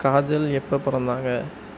காஜல் எப்போ பிறந்தாங்க